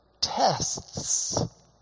tests